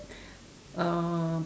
um